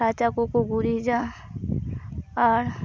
ᱨᱟᱪᱟ ᱠᱚᱠᱚ ᱜᱩᱨᱤᱡᱟ ᱟᱨ